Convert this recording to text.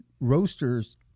roasters